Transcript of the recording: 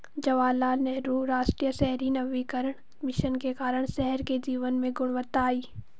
जवाहरलाल नेहरू राष्ट्रीय शहरी नवीकरण मिशन के कारण शहर के जीवन में गुणवत्ता आई